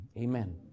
amen